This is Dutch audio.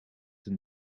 een